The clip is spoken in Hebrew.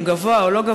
אם הוא גבוה או לא,